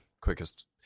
quickest